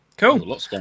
Cool